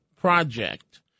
project